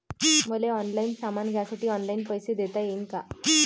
मले ऑनलाईन सामान घ्यासाठी ऑनलाईन पैसे देता येईन का?